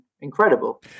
incredible